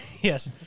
yes